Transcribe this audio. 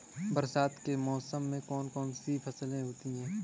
बरसात के मौसम में कौन कौन सी फसलें होती हैं?